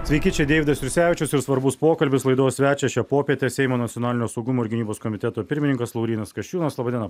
sveiki čia deividas jursevičius ir svarbus pokalbis laidos svečias šią popietę seimo nacionalinio saugumo ir gynybos komiteto pirmininkas laurynas kasčiūnas laba diena